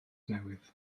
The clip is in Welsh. newydd